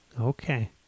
Okay